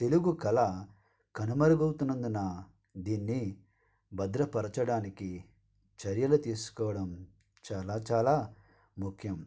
తెలుగు కళ కనుమరుగుతున్నందున దీన్ని భద్రపరచడానికి చర్యలు తీసుకోవడం చాలా చాలా ముఖ్యం